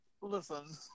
Listen